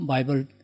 Bible